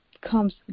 comes